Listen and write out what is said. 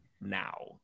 now